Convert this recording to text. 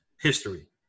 history